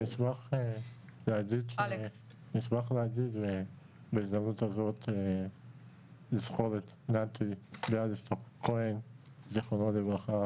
אני אשמח להזכיר בהזדמנות הזאת שנתי ביאליסטוק זיכרונו לברכה